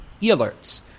e-alerts